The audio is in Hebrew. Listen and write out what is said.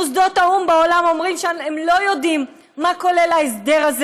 מוסדות האו"ם בעולם אומרים שהם לא יודעים מה כולל ההסדר הזה.